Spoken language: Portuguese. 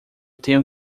tenho